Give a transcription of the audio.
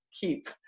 keep